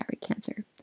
cancer